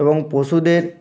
এবং পশুদের